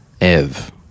Ev